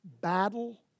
battle